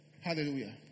Hallelujah